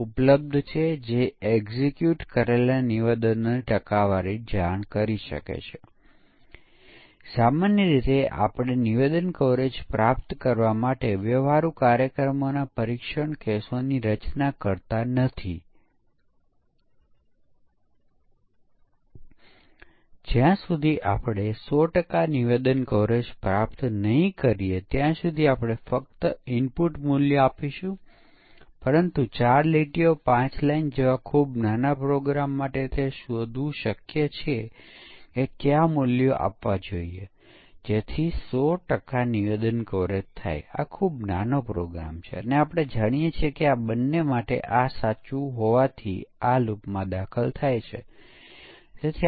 તે પણ બધા સંભવિત મૂલ્યો પેદા કરવામાં લાંબો સમય લેશે કારણ કે પ્રત્યેક અમલને મર્યાદિત સમય લાગે છે અને તે લાંબા સમય સુધી ચાલતું રહેશે અને એટલું જ નહીં આવી સ્વચાલિત પરીક્ષણની પોતાની સમસ્યા છે કારણ કે જો પરિણામ ઉત્પન્ન થાય છે તો આપણે જાણતા નથી કે તે સાચુ પરિણામ છે કે નહીં